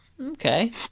Okay